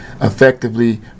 effectively